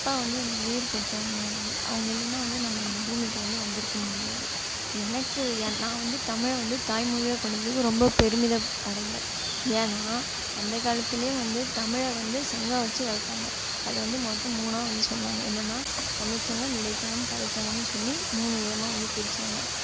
அப்பா வந்து எனக்கு உயிர் குடுத்தவங்க வந்து அவங்க இல்லைன்னா வந்து நம்ம இந்த பூமிக்கு வந்து வந்திருக்க முடியாது எனக்கு என் நான் வந்து தமிழை வந்து தாய்மொழியாக கொண்டதுக்கு ரொம்ப பெருமிதம் அடைகிறேன் ஏனால் அந்தக் காலத்திலேயே வந்து தமிழை வந்து சங்கம் வச்சு வளர்த்தாங்க அது வந்து மொத்தம் மூணாக வந்து சொன்னாங்க என்னென்னால் தமிழ் சங்கம் இடைச்சங்கம் கடைச்சங்கம்னு சொல்லி மூணு விதமாக வந்து பிரிச்சாங்க